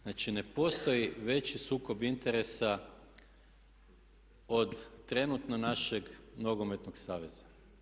Znači ne postoji veći sukob interesa od trenutno našeg nogometnog saveza.